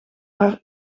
haar